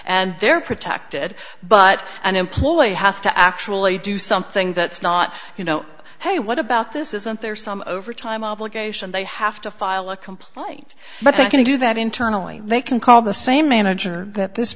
and they're protected but an employee has to actually do something that's not you know hey what about this isn't there some overtime obligation they have to file a complaint but they can do that internally they can call the same manager that this